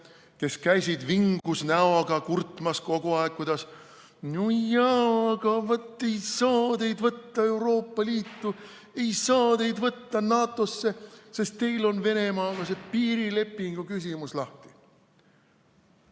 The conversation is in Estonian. kes käisid vingus näoga kogu aeg kurtmas, et no jaa, aga vot, ei saa teid võtta Euroopa Liitu, ei saa teid võtta NATO‑sse, sest teil on Venemaaga see piirilepingu küsimus lahtine.